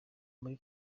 muri